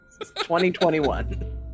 2021